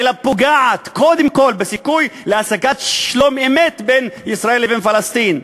אלא פוגעת קודם כול בסיכוי להשגת שלום אמת בין ישראל לבין פלסטין,